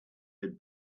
had